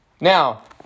Now